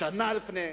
שנה לפני.